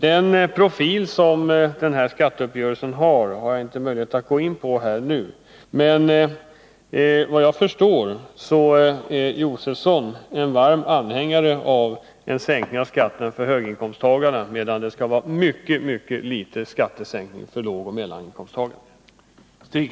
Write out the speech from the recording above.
Den profil som denna skatteuppgörelse fått har jag inte möjlighet att gå in på nu, men såvitt jag förstår är Stig Josefson en varm anhängare av en sänkning av skatten för höginkomsttagarna, medan det skall vara en mycket liten skattesänkning för lågoch mellaninkomsttagarna.